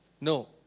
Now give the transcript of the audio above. No